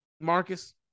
Marcus